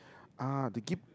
ah the give